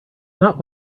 not